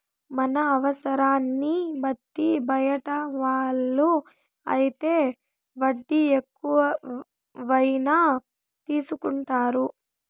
మన అవసరాన్ని బట్టి బయట వాళ్ళు అయితే వడ్డీ ఎక్కువైనా తీసుకుంటారు